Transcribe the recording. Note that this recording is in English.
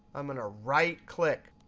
i'm in or right click,